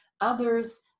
Others